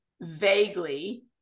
vaguely